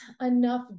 enough